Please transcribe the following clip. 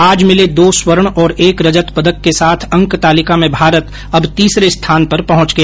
आज मिले दो स्वर्ण और एक रजत पदक के साथ अंक तालिका में भारत अब तीसरे स्थान पर पहुंच गया